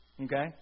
Okay